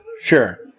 Sure